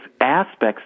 aspects